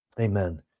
Amen